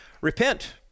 repent